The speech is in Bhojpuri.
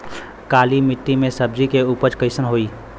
काली मिट्टी में सब्जी के उपज कइसन होई?